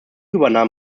übernahm